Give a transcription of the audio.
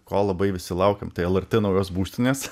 ko labai visi laukiam tai lrt naujos būstinės